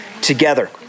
together